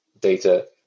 data